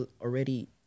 already